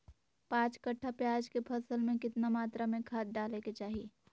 पांच कट्ठा प्याज के फसल में कितना मात्रा में खाद डाले के चाही?